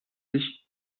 sich